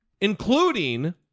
including